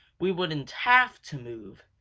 we wouldn't have to move.